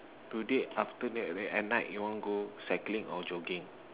today after at night you want go cycling or jogging